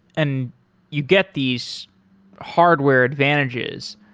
and you get these hardware advantages,